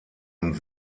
und